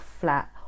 flat